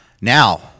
Now